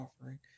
offering